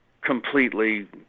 completely